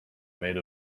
made